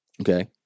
okay